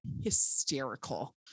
hysterical